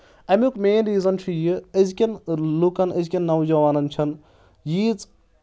اَمیُک main reason چھُ یہِ أزکؠن لُکَن أزکؠن نوجوان چھَنہٕ ییٖژ